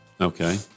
Okay